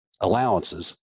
allowances